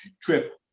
trip